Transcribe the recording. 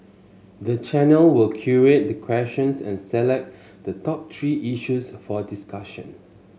the channel will curate the questions and select the top three issues for discussion